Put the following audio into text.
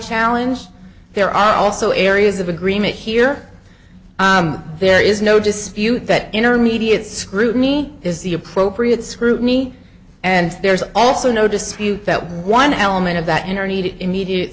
challenge there are also areas of agreement here there is no dispute that intermediate scrutiny is the appropriate scrutiny and there's also no dispute that one element of that intermediate immediate